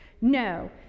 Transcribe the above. No